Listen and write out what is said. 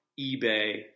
eBay